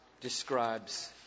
describes